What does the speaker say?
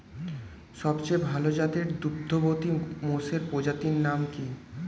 সবচেয়ে ভাল জাতের দুগ্ধবতী মোষের প্রজাতির নাম কি?